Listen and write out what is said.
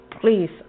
please